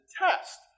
test